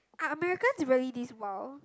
are Americans really this wild